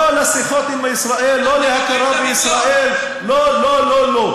לא לשיחות עם ישראל, לא להכרה בישראל, לא, לא, לא.